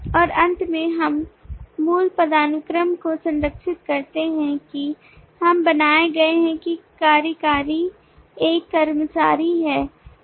और अंत में हम मूल पदानुक्रम को संरक्षित करते हैं कि हम बनाए गए हैं कि एक कार्यकारी एक कर्मचारी है